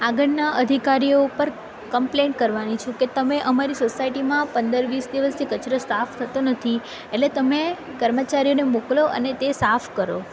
આગળના અધિકારીઓ ઉપર કમ્પ્લેઇન્ટ કરવાની છું કે તમે અમારી સોસાયટીમાં પંદર વીસ દિવસથી કચરો સાફ થતો નથી એટલે તમે કર્મચારીને મોકલો અને સાફ કરો